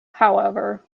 however